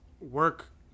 work